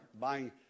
buying